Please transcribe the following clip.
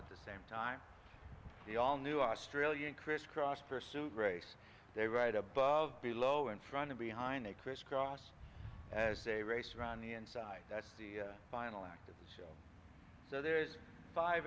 at the same time the all new australian criss cross pursuit race they right above below in front of behind they crisscross as a race around the inside that's the final act of this so there is five